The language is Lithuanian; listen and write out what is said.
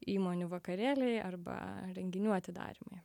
įmonių vakarėliai arba renginių atidarymai